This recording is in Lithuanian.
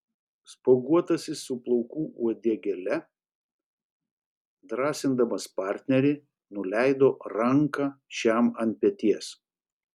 spuoguotasis su plaukų uodegėle drąsindamas partnerį nuleido ranką šiam ant peties